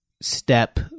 step